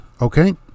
Okay